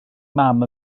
mam